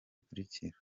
bikurikira